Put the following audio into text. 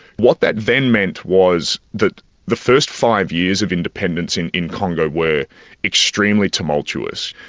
what that then meant was that the first five years of independence in in congo were extremely tumultuous.